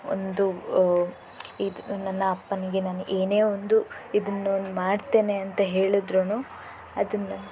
ಒಂದು ಇದು ನನ್ನ ಅಪ್ಪನಿಗೆ ನಾನು ಏನೇ ಒಂದು ಇದನ್ನು ನಾನು ಮಾಡ್ತೇನೆ ಅಂತ ಹೇಳದ್ರು ಅದನ್ನು